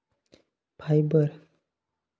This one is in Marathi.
फायबर